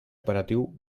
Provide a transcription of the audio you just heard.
operatiu